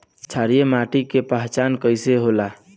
क्षारीय मिट्टी के पहचान कईसे होला?